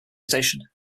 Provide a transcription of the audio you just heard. station